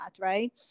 right